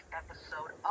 episode